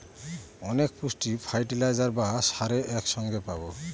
অনেক পুষ্টি ফার্টিলাইজার বা সারে এক সঙ্গে পাবো